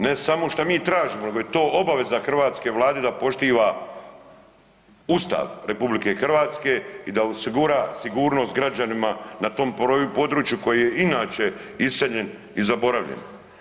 Ne samo šta mi tražimo nego je to obaveza hrvatske Vlade da poštiva Ustav RH i da osigura sigurnost građanima na tom području koji je inače iseljen i zaboravljen.